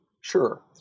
Sure